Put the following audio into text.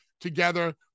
together